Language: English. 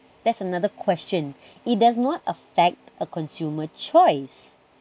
that's another question it does not affect a consumer choice